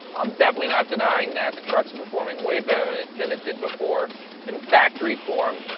i'm definitely not denying that. the truck is performing way better than it did before in factory form.